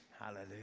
Hallelujah